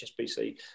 HSBC